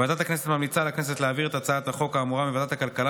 ועדת הכנסת ממליצה לכנסת להעביר את הצעת החוק האמורה מוועדת הכלכלה